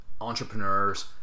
entrepreneurs